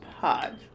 Pod